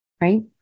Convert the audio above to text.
Right